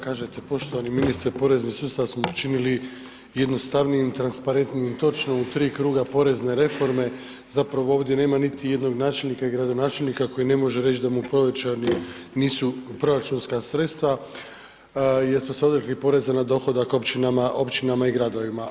Kažete poštovani ministre porezni sustav smo činili jednostavnijim i transparentnijim točno u tri kruga porezne reforme, zapravo ovdje nema niti jednog načelnika i gradonačelnika koji ne može reći da mu povećana nisu proračunska sredstva jer smo se odrekli poreza na dohodak općinama i gradovima.